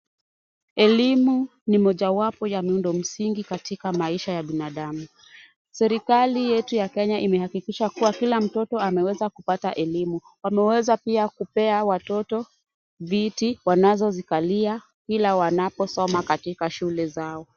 Elimu ni mojawapo ya miundo msingi katika maisha ya binadamu. Serikali yetu ya Kenya, imehakikisha kuwa kila mtoto anaweza kupata elimu. Wameweza pia kupea watoto viti wanazozikalia, kila wanaposoma katika shule zao.